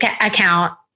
account